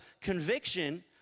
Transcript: conviction